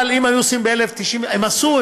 הם עשו,